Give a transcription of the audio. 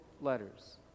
letters